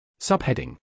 Subheading